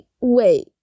wait